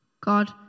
God